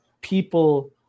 people